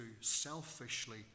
selfishly